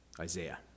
Isaiah